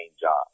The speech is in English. job